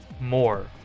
more